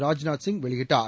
ராஜ்நாத்சிங் வெளியிட்டார்